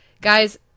Guys